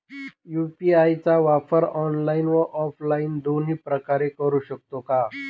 UPI चा वापर online व ऑफलाईन दोन्ही प्रकारे करु शकतो का?